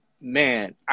Man